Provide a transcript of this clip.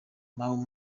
mau